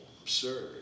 absurd